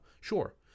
Sure